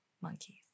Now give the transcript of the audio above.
monkeys